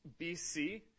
bc